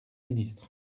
ministre